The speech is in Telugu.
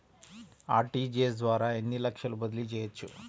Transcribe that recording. అర్.టీ.జీ.ఎస్ ద్వారా ఎన్ని లక్షలు బదిలీ చేయవచ్చు?